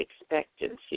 expectancy